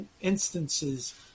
instances